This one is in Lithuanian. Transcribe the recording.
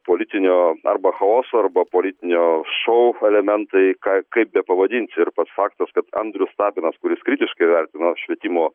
politinio arba chaoso arba politinio šou elementai ką kaip bepavadinsi ir pats faktas kad andrius tapinas kuris kritiškai vertino švietimo